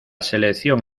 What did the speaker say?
selección